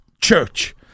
church